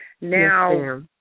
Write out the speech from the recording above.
Now